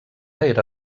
era